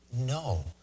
No